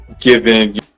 giving